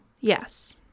yes